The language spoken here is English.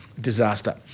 disaster